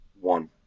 One